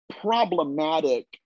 problematic